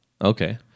Okay